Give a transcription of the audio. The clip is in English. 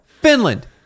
Finland